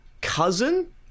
cousin